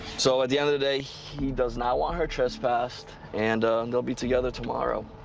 so at the end of the day, he does not want her trespassed. and they'll be together tomorrow.